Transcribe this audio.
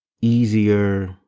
easier